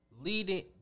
leading